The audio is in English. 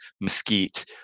mesquite